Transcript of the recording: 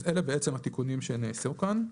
אז אלה בעצם התיקונים שנעשו כאן.